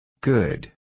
Good